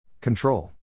Control